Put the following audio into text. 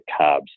carbs